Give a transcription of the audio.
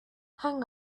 hang